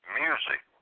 music